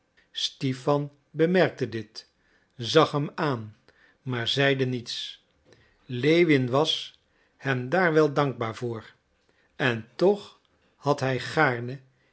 stipan bemerkte dit zag hem aan maar zeide niets lewin was hem daar wel dankbaar voor en toch had hij gaarne